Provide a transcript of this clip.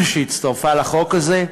שהצטרפה לחוק הזה,